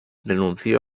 renunció